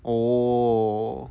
oh~